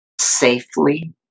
safely